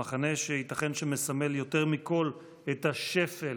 המחנה שייתכן שמסמל יותר מכול את השפל